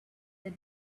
that